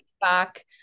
Back